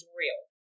real